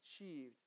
achieved